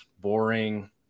boring